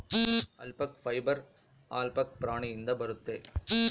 alpaca fibre alpaca ಪ್ರಾಣಿಯಿಂದ ಬರುತ್ತೆ